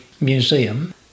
Museum